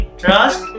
trust